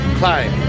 climb